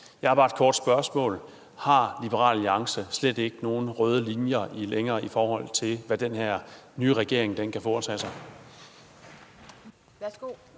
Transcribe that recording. Jeg har bare et kort spørgsmål: Har Liberal Alliance slet ikke nogen røde linjer længere, i forhold til hvad den her nye regering kan foretage sig? Kl.